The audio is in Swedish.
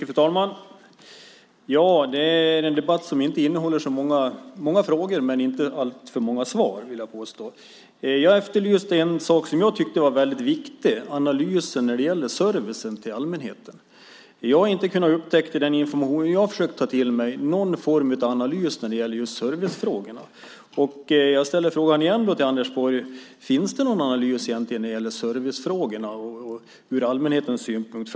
Fru talman! Detta är en debatt som inte innehåller så många frågor och inte heller alltför många svar, vill jag påstå. Jag efterlyste en sak som jag tyckte var viktig - analysen av servicen till allmänheten. I den information jag har försökt ta till mig har jag inte kunnat upptäcka någon form av analys när det gäller just servicefrågorna. Jag ställer frågan igen till Anders Borg: Finns det egentligen någon analys när det gäller servicefrågorna ur allmänhetens synpunkt?